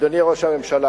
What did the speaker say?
אדוני ראש הממשלה,